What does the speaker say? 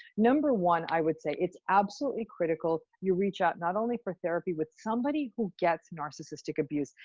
number one, i would say it's absolutely critical you reach out not only for therapy with somebody who gets narcissistic abuse.